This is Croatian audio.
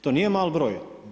To nije mali broj.